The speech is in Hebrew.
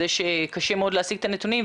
זה שקשה מאוד להשיג את הנתונים,